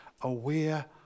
aware